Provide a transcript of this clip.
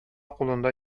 кулында